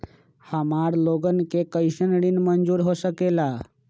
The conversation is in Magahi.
हमार लोगन के कइसन ऋण मंजूर हो सकेला?